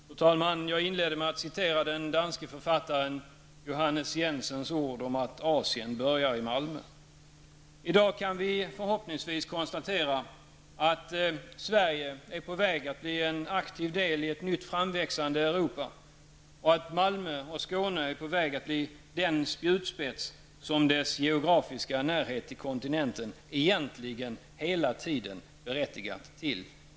Fru talman! Jag inledde med att citera den danske författaren Johannes Jensens ord om att Asien börjar i Malmö. I dag kan vi förhoppningsvis konstatera att Sverige är på väg att bli en aktiv del i ett nytt framväxande Europa och att Malmö och Skåne är på väg att bli den spjutspets som deras geografiska närhet till kontinenten egentligen hela tiden berättigat till.